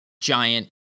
giant